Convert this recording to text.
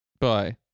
Bye